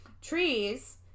trees